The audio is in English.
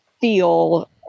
feel